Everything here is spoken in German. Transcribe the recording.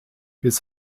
bis